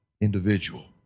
individual